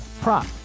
prop